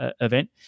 event